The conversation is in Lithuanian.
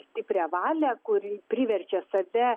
stiprią valią kuri priverčia save